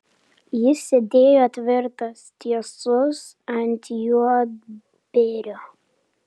jis sėdėjo tvirtas tiesus ant juodbėrio